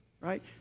right